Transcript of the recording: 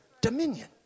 dominion